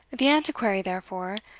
the antiquary, therefore,